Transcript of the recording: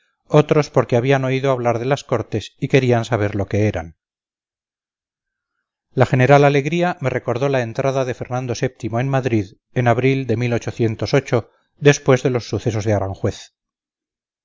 otros porque habían oído hablar de las cortes y querían saber lo que eran la general alegría me recordó la entrada de fernando vii en madrid en abril de después de los sucesos de aranjuez